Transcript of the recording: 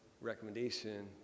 recommendation